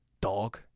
Dog